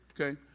Okay